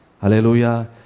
Hallelujah